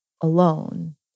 alone